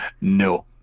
no